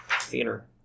Theater